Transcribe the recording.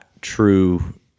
true